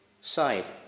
side